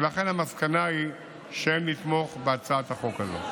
ולכן המסקנה היא שאין לתמוך בהצעת החוק הזאת.